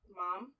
mom